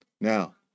Now